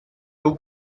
two